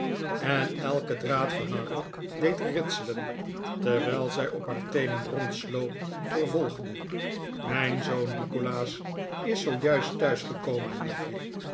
en elken draad van haar rok deed ritselen terwijl zij op haar teenen rondsloop vervolgde mijn zoon nikolaas is zoo juist thuis gekomen liefje